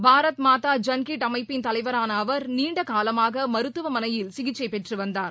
பாரத் மாதா ஜன்கிட் அமைப்பின் தலைவரான அவர் நீண்ட காலமாக மருத்துவமனையில் சிகிச்சை பெற்று வந்தார்